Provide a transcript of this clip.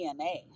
DNA